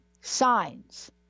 signs